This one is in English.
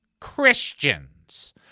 Christians